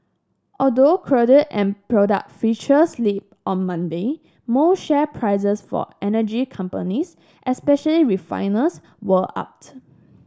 although crude and product futures slipped on Monday most share prices for energy companies especially refiners were up